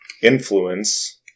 influence